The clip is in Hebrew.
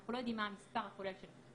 אנחנו לא יודעים מה המספר הכולל של העבירות.